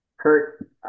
Kurt